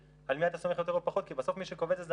על מי אתה סומך יותר או פחות כי בסוף מי שקובע את זה,